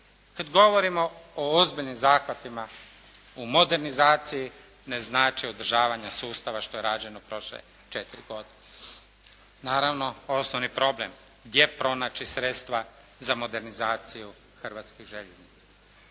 Kada govorimo o ozbiljnim zahvatima u modernizaciji ne znači održavanje sustava što je rađeno prošle četiri godine. Naravno osnovni problem, gdje pronaći sredstva za modernizaciju Hrvatskih željeznica.